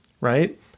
right